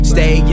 Stay